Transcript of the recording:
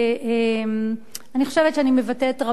אני חושבת שאני מבטאת רבים,